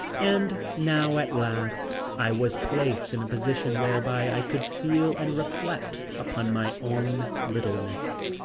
and now at last i was placed in a position whereby i could feel and reflect upon my own littleness.